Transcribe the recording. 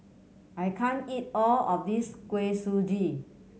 I can't eat all of this Kuih Suji